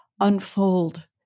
unfold